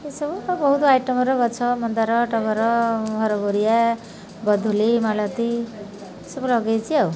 ଏସବୁ ବହୁତ ଆଇଟମର ଗଛ ମନ୍ଦାର ଟଗର ହରଗୋୖରୀଆ ମଧୁଲି ମାଳତି ଏସବୁ ଲଗେଇଛି ଆଉ